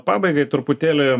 pabaigai truputėlį